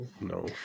No